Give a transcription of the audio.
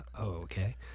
okay